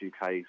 UK